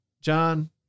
John